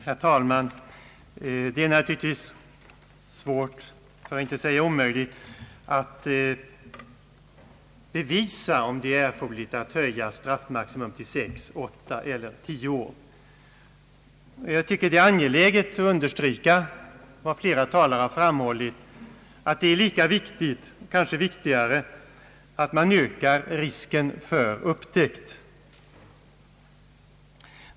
Herr talman! Det är naturligtvis svårt, för att inte säga omöjligt, att bevisa, om det är erforderligt att höja straffmaximum till sex, åtta eller tio år. Jag tycker att det är angeläget att understryka vad flera talare har framhållit, nämligen att det är lika viktigt som straffskärpningar eller kanske viktigare att man ökar risken för upptäckt.